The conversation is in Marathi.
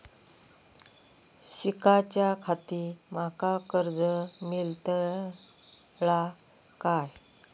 शिकाच्याखाती माका कर्ज मेलतळा काय?